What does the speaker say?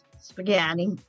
spaghetti